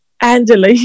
Angela